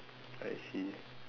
I see